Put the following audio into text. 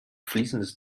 fließendes